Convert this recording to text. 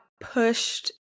pushed